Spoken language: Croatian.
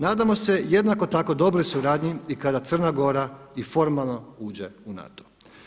Nadamo se jednako tako dobroj suradnji i kada Crna Gora i formalno uđe u NATO.